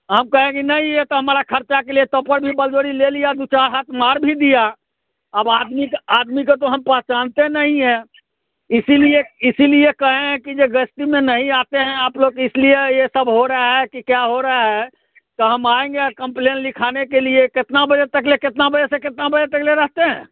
हम कहें कि नहीं ए तो हमारा खर्चा के लिए तब पर भी बल जोरी ले लिया दो चार हाथ मार भी दिया अब आदमी तो आदमी को तो हम पहचानते नहीं हैं इसीलिए इसीलिए कहें हैं कि जे गस्ती में नहीं आते हैं आप लोग इसलिए यह सब हो रहा है कि क्या हो रहा है तो हम आएँगे आ कम्पलेन लिखाने के लिए कितने बजे तक ले कितने बजे से कितने बजे तक ले रहते हैं